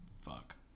Fuck